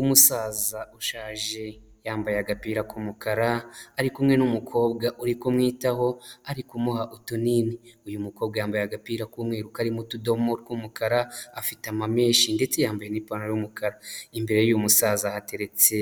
Umusaza ushaje yambaye agapira k’umukara, ari kumwe n'umukobwa uri kumwitaho ari kumuha utunini, uyu mukobwa yambaye agapira k'umweru karimo utudomo tw’umukara, afite ama menshi ndetse yambaye n’ipantaro y’umukara, imbere y’umusaza hateretse